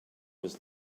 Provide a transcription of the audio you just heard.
was